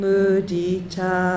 Mudita